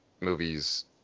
movies